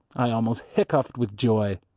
i almost hiccoughed with joy.